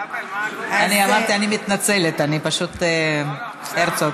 אני אמרתי, אני מתנצלת, הרצוג.